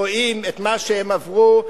רואים את מה שהם עברו,